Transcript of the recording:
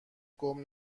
گـم